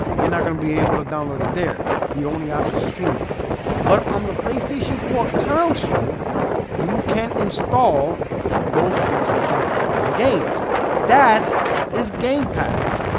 you're not gonna be able to download it. they're the only options are streaming but i'm the playstation four console you can install those playstation four games that is game pass